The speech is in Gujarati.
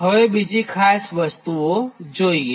હવે બીજી ખાસ વસ્તુઓ જોઈએ